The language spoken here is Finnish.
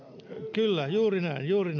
kyllä juuri näin juuri